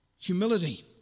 Humility